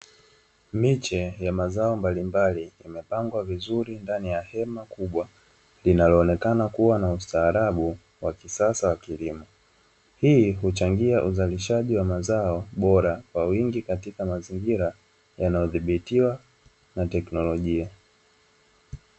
Miche ya mazao mbalimbali yamepangwa vizuri ndani ya hema kubwa, linaloonekana kuwa na ustaarabu wa kisasa wa kilimo. Hii huchangia uzalishaji wa mazao bora kwa wingi, katika mazingira yanayodhibitiwa na teknolojia.